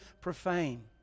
profane